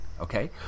Okay